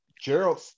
Gerald